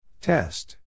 Test